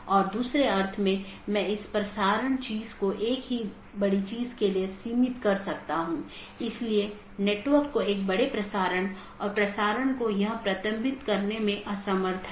इसलिए दूरस्थ सहकर्मी से जुड़ी राउटिंग टेबल प्रविष्टियाँ अंत में अवैध घोषित करके अन्य साथियों को सूचित किया जाता है